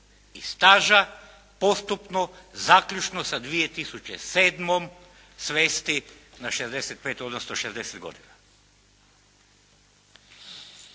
i staža postupno zaključno sa 2007. svesti na 65 odnosno 60 godina.